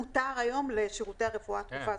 מותר היום לשירותי הרפואה הדחופה.